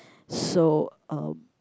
so uh